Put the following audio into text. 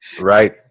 Right